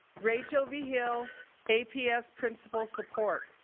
rachel vigil, aps principal support